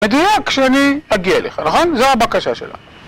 בדיוק כשאני אגיע אליך, נכון? זו הבקשה שלה.